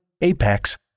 Apex